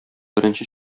беренче